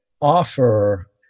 offer